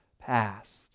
past